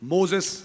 Moses